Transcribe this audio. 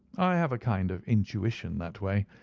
i have a kind of intuition that way.